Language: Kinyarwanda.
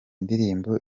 ndirimbo